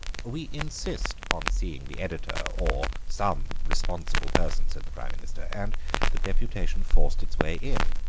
we insist on seeing the editor or some responsible person said the prime minister, and the deputation forced its way in.